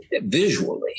visually